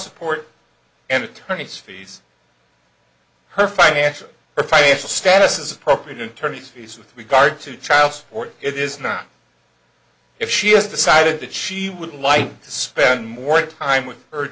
support and attorney's fees her financial or financial status is appropriate in terms of peace with regard to child support it is not if she has decided that she would like to spend more time with her